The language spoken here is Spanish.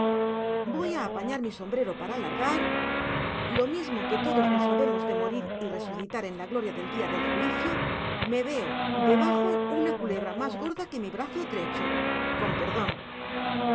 voy a apañar mi sombrero para largar lo mismo que todos nos habemos de morir y resucitar en la gloria del día del juicio me veo debajo una culebra más gorda que mi brazo drecho con perdón